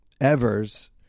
evers